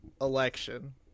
election